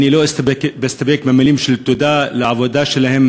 אני לא אסתפק במילים של תודה על העבודה שלהם,